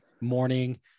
morning